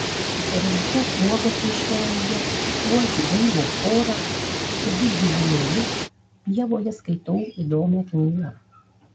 renku uogas miškelyje uodžiu gaivų orą stebiu gyvūnėlius pievoje skaitau įdomią knygą